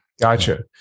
Gotcha